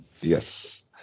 yes